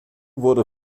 wurde